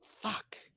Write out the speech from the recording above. Fuck